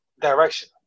direction